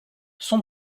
son